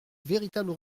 véritable